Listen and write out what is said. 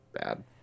bad